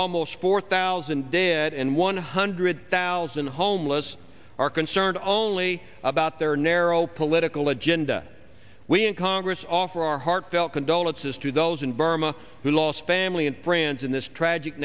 almost four thousand dead and one hundred thousand homeless are concerned only about their narrow political agenda we in congress offer our heartfelt condolences to those in burma who lost family and friends in this tragic